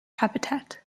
habitat